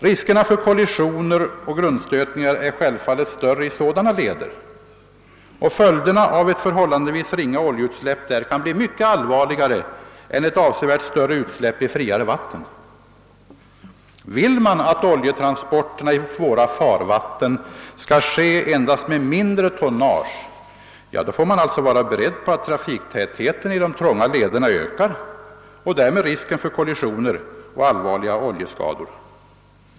Riskerna för kollisioner och grundstötningar är självfallet större i sådana leder, och följderna av ett förhållandevis ringa oljeutsläpp där kan bli mycket allvarligare än ett avsevärt större utsläpp i friare vatten. Vill man att oljetransporterna i våra farvatten skall ske endast med mindre tonnage, får man alltså vara beredd på att trafiktätheten i de trånga lederna ökar och därmed risken för kollisioner och allvarliga oljeskador.